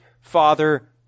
father